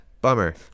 bummer